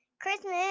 Christmas